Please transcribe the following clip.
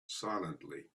silently